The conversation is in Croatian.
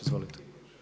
Izvolite.